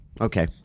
Okay